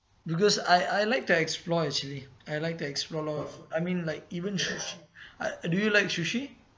because I I like to explore actually I like to explore lot of I mean like even sushi I uh do you like sushi